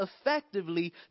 effectively